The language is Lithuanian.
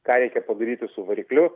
ką reikia padaryti su varikliu